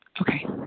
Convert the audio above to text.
Okay